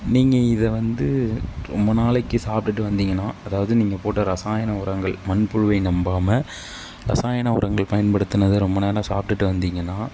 நீங்கள் இதை வந்து ரொம்ப நாளைக்கு சாப்ட்டுகிட்டு வந்திங்கன்னா அதாவது நீங்கள் போட்ட ரசாயன உரங்கள் மண்புழுவை நம்பாமல் ரசாயன உரங்கள் பயன்படுத்தினத ரொம்ப நேரம் சாப்ட்டுகிட்டு வந்திங்கன்னா